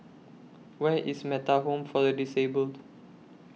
Where IS Metta Home For The Disabled